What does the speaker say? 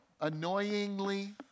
Annoyingly